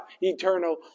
eternal